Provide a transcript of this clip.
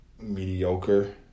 mediocre